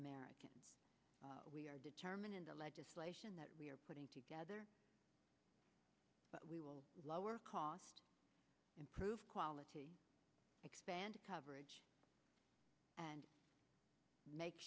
americans we are determined in the legislation that we are putting together but we will lower costs improve quality expand coverage and make